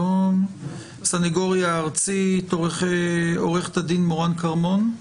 מהסנגוריה הציבורית עו"ד מורן כרמון,